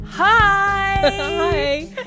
Hi